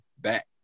back